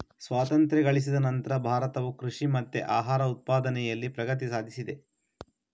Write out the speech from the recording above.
ಸ್ವಾತಂತ್ರ್ಯ ಗಳಿಸಿದ ನಂತ್ರ ಭಾರತವು ಕೃಷಿ ಮತ್ತೆ ಆಹಾರ ಉತ್ಪಾದನೆನಲ್ಲಿ ಪ್ರಗತಿ ಸಾಧಿಸಿದೆ